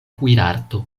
kuirarto